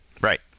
Right